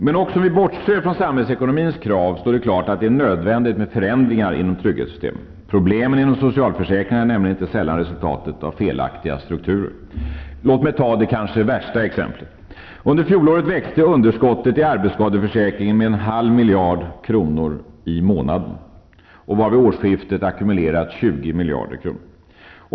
Men också om vi bortser från samhällsekonomins krav står det klart att det är nödvändigt med förändringar inom trygghetssystemen. Problemen med socialförsäkringarna är nämligen inte sällan resultatet av felaktiga strukturer. Låt mig ta det kanske värsta exemplet. Under fjolåret växte underskottet i arbetsskadeförsäkringen med en halv miljard kronor i månaden, och vid årsskiftet hade underskottet ackumulerat till 20 miljarder kronor.